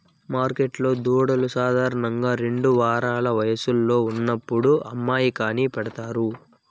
మార్కెట్లో దూడలు సాధారణంగా రెండు వారాల వయస్సులో ఉన్నప్పుడు అమ్మకానికి పెడతారు